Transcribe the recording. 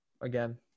Again